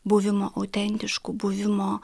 buvimo autentišku buvimo